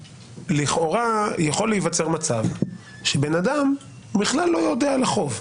לכאורה יכול להיווצר מצב שבן אדם בכלל לא יודע על החוב,